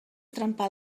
trempar